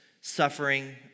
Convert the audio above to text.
suffering